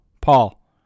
Paul